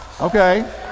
Okay